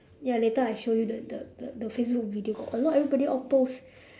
ya later I show you the the the facebook video got a lot everybody all post